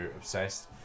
obsessed